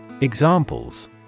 Examples